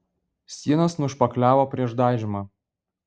sienas nušpakliavo prieš dažymą